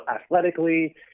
athletically